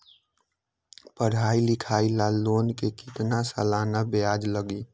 पढाई लिखाई ला लोन के कितना सालाना ब्याज लगी?